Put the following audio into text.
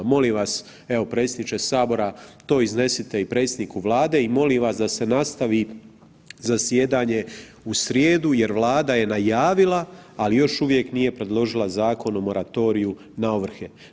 Molim vas, evo predsjedniče sabora to iznesite i predsjedniku Vlade i molim vas da se nastavi zasjedanje u srijedu jer Vlada je najavila, ali još uvijek nije predložila Zakon o moratoriju na ovrhe.